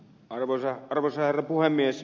arvoisa herra puhemies